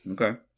Okay